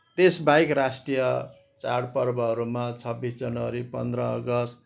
त्यस बाहेक राष्ट्रिय चाँडपर्बहरूमा छब्बिस जनवरी पन्ध्र अगस्ट